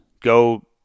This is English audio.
go